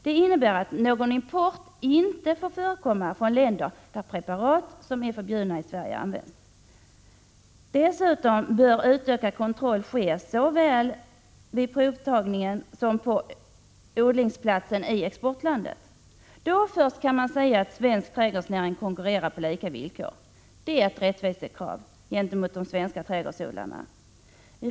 Det innebär att någon import inte bör få förekomma från länder där preparat som är förbjudna i Sverige används. Dessutom bör utökad kontroll ske såväl vid provtagningen som på odlingsplatsen i exportlandet. Först då kan man säga att svensk trädgårdsnäring konkurrerar på lika villkor. Det är ett rättvisekrav gentemot de svenska trädgårdsodlarna.